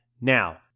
Now